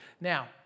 Now